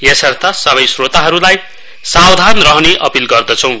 यसर्थ सबै श्रोतहरुलाई सावधान रहने अपील गर्दछौं